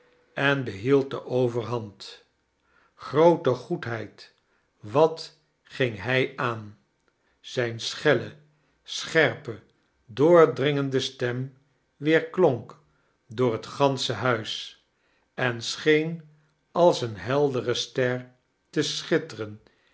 en beihield de overhand grroote goedheid wat ging hij aan zijn schelle scherpe doordrdngende stem weerklonk door het gansche huis en scheen als een heldere ster te sohitteren